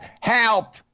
Help